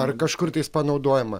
ar kažkur tais panaudojama